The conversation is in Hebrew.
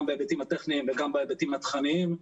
גם בהיבטים הטכניים וגם בהיבטים התוכניים.